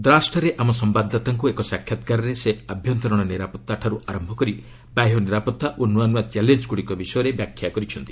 ଦ୍ରାସ୍ଠାରେ ଆମ ସମ୍ଭାଦଦାତାଙ୍କୁ ଏକ ସାକ୍ଷାତ୍କାରରେ ସେ ଆଭ୍ୟନ୍ତରୀଣ ନିରାପତ୍ତାଠାରୁ ଆରମ୍ଭ କରି ବାହ୍ୟ ନିରାପତ୍ତା ଓ ନୂଆ ନୂଆ ଚ୍ୟାଲେଞ୍ଜ ଗୁଡ଼ିକ ବିଷୟରେ ବ୍ୟାଖ୍ୟା କରିଛନ୍ତି